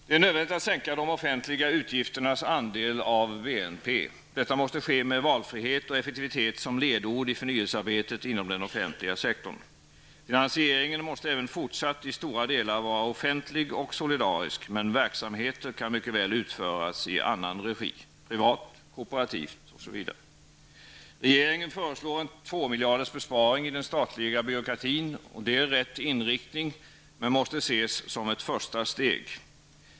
Det är nödvändigt att sänka de offentliga utgifternas andel av BNP. Detta måste ske med valfrihet och effektivitet som ledord i förnyelsearbetet inom den offentliga sektorn. Finansieringen måste i stora delar även i fortsättningen vara offentlig och solidarisk -- men verksamheter kan mycket väl utföras i annan regi, t.ex. privat, kooperativt osv. Regeringen föreslår en tvåmiljardersbesparing i den statliga byråkratin. Det är rätt inriktning, men det måste ses som ett första steg.